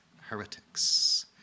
heretics